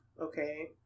okay